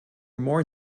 more